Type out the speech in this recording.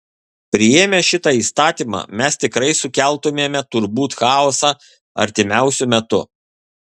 priėmę šitą įstatymą mes tikrai sukeltumėme turbūt chaosą artimiausiu metu